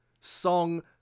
song